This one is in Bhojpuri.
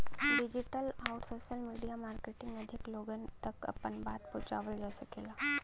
डिजिटल आउर सोशल मीडिया मार्केटिंग अधिक लोगन तक आपन बात पहुंचावल जा सकल जाला